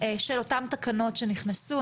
של אותן תקנות שנכנסו.